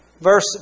Verse